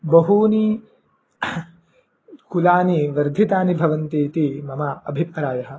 बहूनि कुलानि वर्धितानि भवन्ति इति मम अभिप्रायः